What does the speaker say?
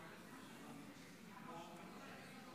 14 נגד